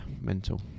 mental